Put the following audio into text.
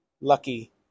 lucky